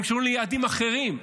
הם קשורים ליעדים אחרים,